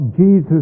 Jesus